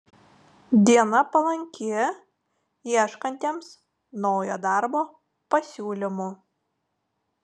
diena palanki ieškantiems naujo darbo pasiūlymų